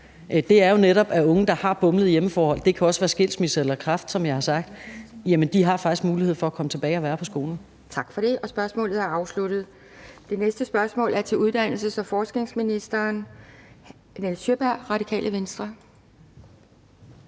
Det er netop, at unge, der har bumlede hjemmeforhold – det kan også være skilsmisse eller kræft, som jeg har sagt – faktisk har mulighed for at komme tilbage og være på skolen. Kl. 17:35 Anden næstformand (Pia Kjærsgaard): Tak for det. Spørgsmålet er afsluttet. Det næste spørgsmål er til uddannelses- og forskningsministeren af Nils Sjøberg, Radikale Venstre.